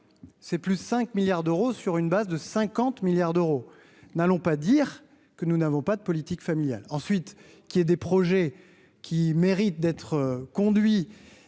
c'est plus 5 milliards d'euros sur une base de 50 milliards d'euros, n'allons pas dire que nous n'avons pas de politique familiale ensuite qu'il y ait des projets qui mérite d'être conduit